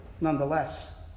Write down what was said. nonetheless